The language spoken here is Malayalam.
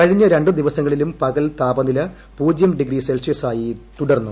കഴിഞ്ഞ രണ്ടു ദിവസങ്ങളിലും പകൽ താപനില പൂജൃം ഡിഗ്രി സെൽഷ്യസ് ആയി തുടരുന്നു